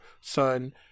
son